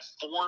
four